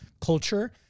culture